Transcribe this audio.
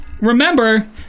Remember